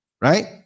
right